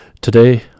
Today